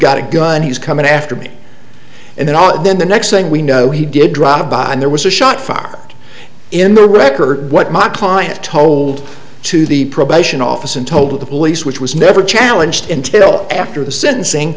got a gun he's coming after me and then then the next thing we know he did drop by and there was a shot fired in the record what my client told to the probation office and told the police which was never challenged until after the sentencing